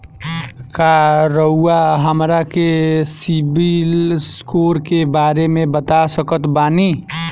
का रउआ हमरा के सिबिल स्कोर के बारे में बता सकत बानी?